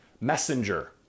Messenger